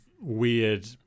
weird